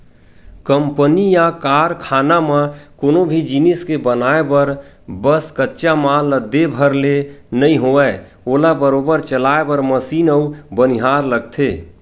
company या कारखाना म कोनो भी जिनिस के बनाय बर बस कच्चा माल ला दे भर ले नइ होवय ओला बरोबर चलाय बर मसीन अउ बनिहार लगथे